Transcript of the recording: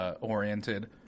oriented